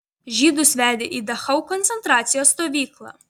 žydus vedė į dachau koncentracijos stovyklą